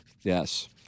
Yes